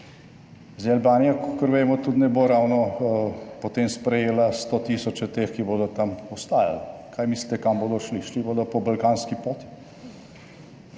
Zdaj Albanija, kakor vemo, tudi ne bo ravno potem sprejela sto tisoč teh, ki bodo tam ostajali. Kaj mislite, kam bodo šli? Šli bodo po balkanski poti.